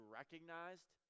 recognized